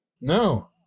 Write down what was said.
No